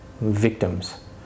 victims